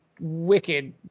wicked